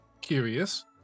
curious